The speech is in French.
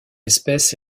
espèce